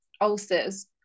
ulcers